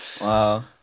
Wow